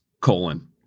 colon